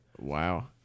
Wow